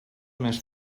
més